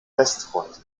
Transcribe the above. westfront